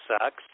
sucks